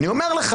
אני אומר לך: